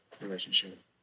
relationship